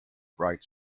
bright